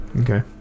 Okay